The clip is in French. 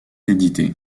éditée